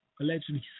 allegedly